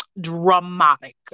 dramatic